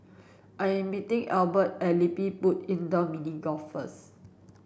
I'm meeting Ebert at LilliPutt Indoor Mini Golf first